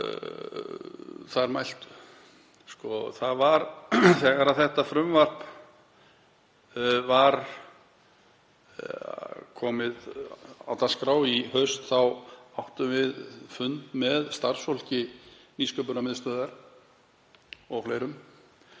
þar mæltu. Þegar þetta frumvarp var komið á dagskrá í haust áttum við fund með starfsfólki Nýsköpunarmiðstöðvar og fleirum